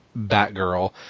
Batgirl